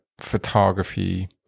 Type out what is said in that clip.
photography